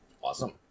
Awesome